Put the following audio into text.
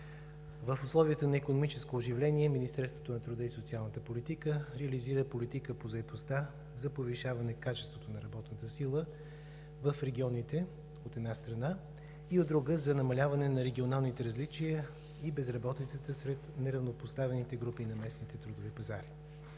в условията на икономическо оживление Министерството на труда и социалната политика реализира политика по заетостта за повишаване качеството на работната сила в регионите, от една страна, и от друга – за намаляване на регионалните различия и безработицата сред неравнопоставените групи на местните трудови пазари.